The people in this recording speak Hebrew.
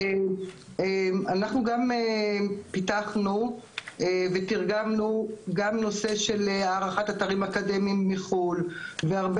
אנחנו פיתחנו ותרגמנו גם נושא של הערכת אתרים אקדמיים מחו"ל והרבה